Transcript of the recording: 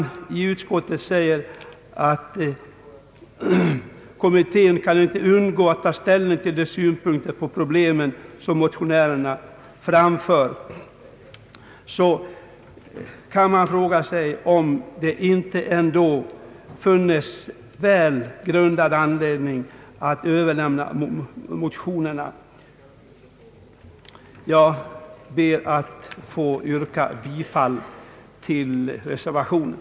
När utskottet säger att kommittén inte kan undgå att ta ställning till de synpunkter på problemen som motionärerna framför, finns det väl grundad anledning att ifrågasätta om motionerna ändå inte bör överlämnas till den kommitté det här gäller. Jag ber att få yrka bifall till reservationen.